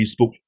Facebook